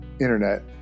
internet